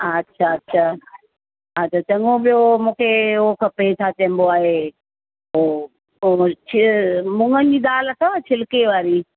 अछा अछा अछा हा त चङो ॿियो मूंखे हो खपे छा चइबो आहे हो हो छ मुङनि जी दाल अथव छिलके वारी